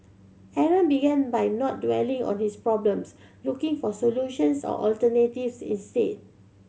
Aaron began by not dwelling on his problems looking for solutions or alternatives instead